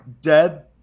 Dead